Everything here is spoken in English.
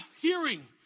hearing